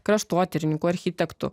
kraštotyrininkų architektų